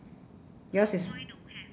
yours is